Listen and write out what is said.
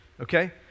okay